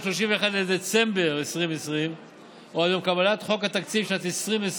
31 בדצמבר 2020 או עד יום קבלת חוק התקציב לשנת 2020,